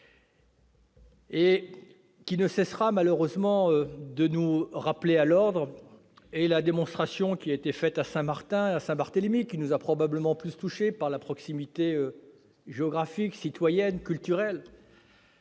et qui ne cessera hélas de nous rappeler à l'ordre. La démonstration qui en a été faite à Saint-Martin et à Saint-Barthélemy, qui nous a probablement plus touchés en raison de notre proximité géographique, citoyenne et culturelle,